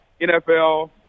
NFL